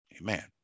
Amen